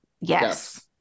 Yes